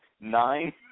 nine